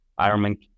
Ironman